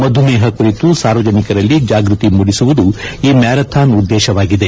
ಮಧುಮೇಹ ಕುರಿತು ಸಾರ್ವಜನಿಕರಲ್ಲಿ ಜಾಗೃತಿ ಮೂದಿಸುವುದು ಈ ಮ್ಯಾರಥಾನ್ ಉದ್ದೇಶವಾಗಿದೆ